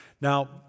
Now